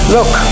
Look